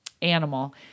animal